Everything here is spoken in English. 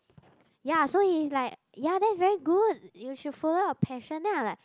ya so he is like ya that's very good you should follow your passion then I like